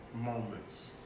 Moments